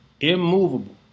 immovable